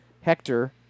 Hector